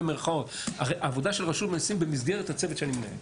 במירכאות העבודה של רשות המיסים במסגרת הצוות שאני מנהל.